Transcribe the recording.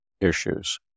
issues